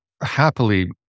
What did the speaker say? happily